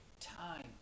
time